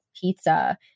pizza